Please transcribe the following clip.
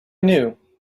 knew